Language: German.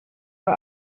mal